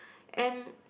and